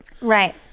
right